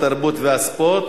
התרבות והספורט,